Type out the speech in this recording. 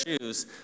shoes